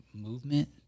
Movement